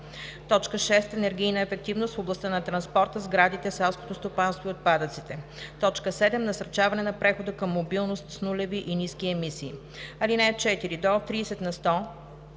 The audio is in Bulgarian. райони; 6. енергийна ефективност в областта на транспорта, сградите, селското стопанство и отпадъците; 7. насърчаване на прехода към мобилност с нулеви и ниски емисии. (4) До 30 на сто